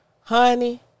honey